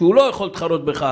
הוא לא יכול להתחרות בך.